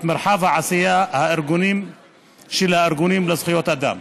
מרחב העשייה של הארגונים לזכויות אדם.